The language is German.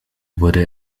wurde